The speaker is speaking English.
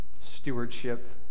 stewardship